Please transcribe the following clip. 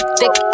thick